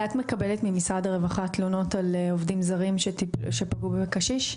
את מקבלת ממשרד הרווחה תלונות על עובדים זרים שפגעו בקשיש?